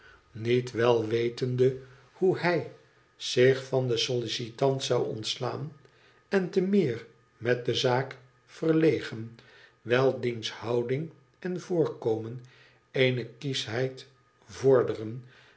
het wel wetende hoe hij zich van den sollicitant zou ontslaan en te meermet de zaak verlegen wijl diens houdmg en voorkomen eene kieschheid vorderden